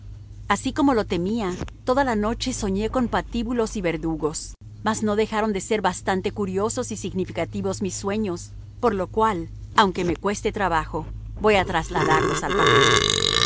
así como lo temía toda la noche soñé con patíbulos y verdugos mas no dejaron de ser bastante curiosos y significativos mis sueños por lo cual aunque me cueste trabajo voy a trasladarlos al papel